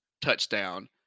touchdown